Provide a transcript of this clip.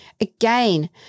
Again